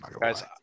Guys